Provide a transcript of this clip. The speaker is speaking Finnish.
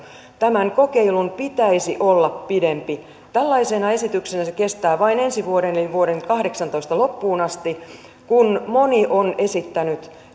tämän kokeilun pitäisi olla pidempi tällaisena esityksenä se kestää vain ensi vuoden eli vuoden kaksituhattakahdeksantoista loppuun asti kun moni on esittänyt